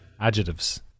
adjectives